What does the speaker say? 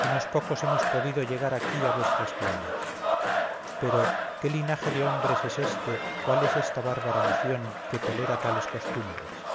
unos pocos hemos podido llegar aquí a vuestras playas pero qué linaje de hombres es este cuál es esta bárbara nación que tolera tales costumbres